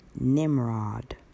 Nimrod